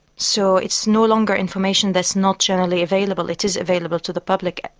so it's no longer information that is not generally available, it is available to the public.